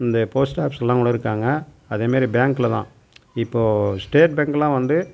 இந்த போஸ்ட் ஆஃபீஸில்லாம் கூட இருக்காங்க அதேமாரி பேங்கில்தான் இப்போ ஸ்டேட் பேங்க் எல்லாம் வந்து